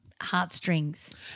heartstrings